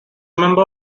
member